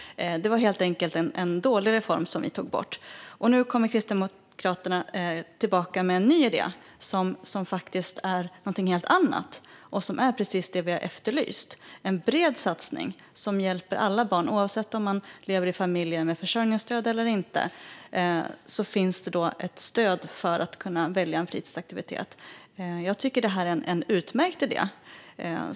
Det var helt enkelt en dålig reform, som vi tog bort. Nu kommer Kristdemokraterna tillbaka med en ny idé, som faktiskt är någonting helt annat. Det är precis vad vi har efterlyst, nämligen en bred satsning som hjälper alla barn. Oavsett om man lever i en familj som har försörjningsstöd eller inte finns det alltså stöd för att man ska kunna välja en fritidsaktivitet. Jag tycker att detta är en utmärkt idé.